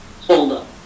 holdup